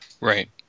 Right